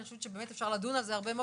אני חושבת שבאמת אפשר לדון על זה הרבה מאוד